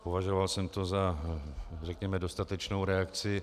Považoval jsem to za, řekněme, dostatečnou reakci.